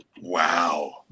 Wow